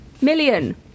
million